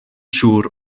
siŵr